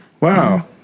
Wow